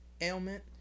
ailment